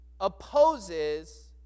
opposes